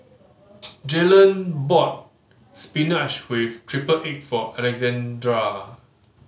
Jaylen bought spinach with triple egg for Alexandra